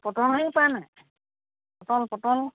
পটল হেৰি পায়নে পটল পটল